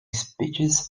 speeches